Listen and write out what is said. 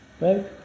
right? –